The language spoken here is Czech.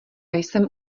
jsem